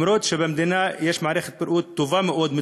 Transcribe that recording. למרות שבמדינה יש מערכת בריאות טובה מאוד,